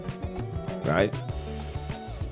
right